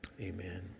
Amen